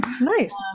Nice